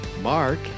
mark